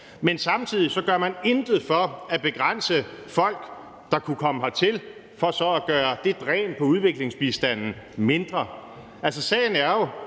men samtidig gør man intet for at begrænse antallet af folk, der kunne komme hertil, for så at gøre det dræn i udviklingsbistanden mindre.